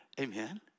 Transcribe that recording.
Amen